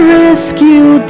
rescue